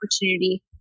opportunity